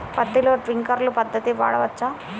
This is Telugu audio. పత్తిలో ట్వింక్లర్ పద్ధతి వాడవచ్చా?